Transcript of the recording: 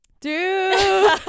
dude